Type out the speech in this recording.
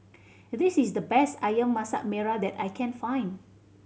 this is the best Ayam Masak Merah that I can find